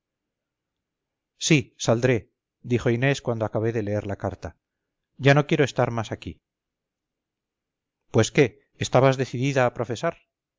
sí saldré dijo inés cuando acabé de leer la carta ya no quiero estar más aquí pues qué estabas decidida a profesar